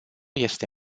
este